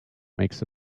makes